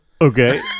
Okay